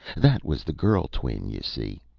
that was the girl twin, you see.